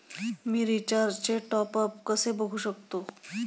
मी रिचार्जचे टॉपअप कसे बघू शकतो?